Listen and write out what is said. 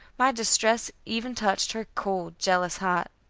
my distress even touched her cold, jealous heart.